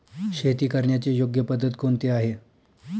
शेती करण्याची योग्य पद्धत कोणती आहे?